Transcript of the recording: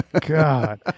God